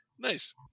Nice